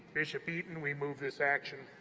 bishop eaton, we move this action.